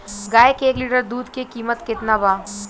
गाय के एक लीटर दुध के कीमत केतना बा?